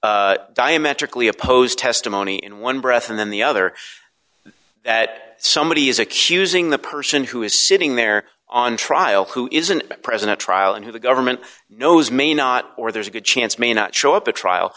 diametrically opposed testimony in one breath and then the other that somebody is accusing the person who is sitting there on trial who isn't president trial and who the government knows may not or there's a good chance may not show up at trial